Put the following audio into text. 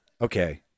Okay